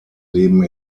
leben